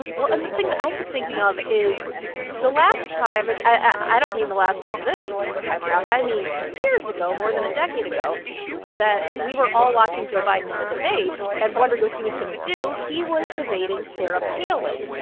and well, and the thing that i keep thinking of is the last time and i don't mean the last time this time around i mean years ago, more than a decade ago that we were all watching joe biden in a debate and wondering what he was going to do, he was debating sarah palin.